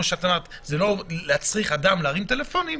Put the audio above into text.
כמו שאמרת זה לא מצריך אדם להרים טלפונים,